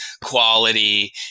quality